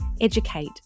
educate